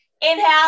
Inhale